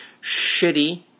shitty